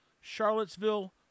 Charlottesville